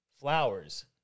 Flowers